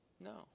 No